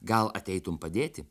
gal ateitum padėti